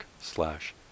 slash